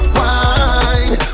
wine